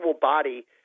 body